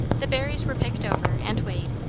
the berries were picked over, and weighed,